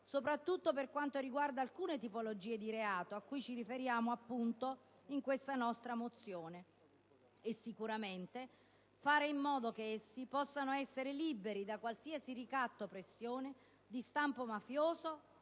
soprattutto per quanto riguarda quelle tipologie di reato a cui ci riferiamo nella nostra mozione, facendo in modo che essi possano essere liberi da qualsiasi ricatto o pressione di stampo mafioso